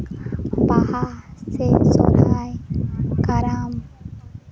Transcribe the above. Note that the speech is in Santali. ᱵᱟᱦᱟ ᱥᱮ ᱥᱚᱦᱚᱨᱟᱭ ᱠᱟᱨᱟᱢ